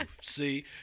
See